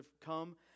come